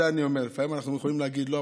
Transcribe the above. על זה אני אומר: לפעמים אנחנו יכולים להגיד לא,